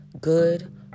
Good